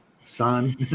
son